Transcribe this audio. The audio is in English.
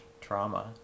trauma